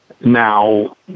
Now